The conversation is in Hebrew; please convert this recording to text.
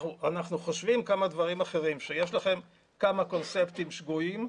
אנחנו חושבים כמה דברים אחרים שיש לכם כמה קונספטים שגויים,